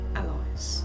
allies